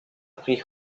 pris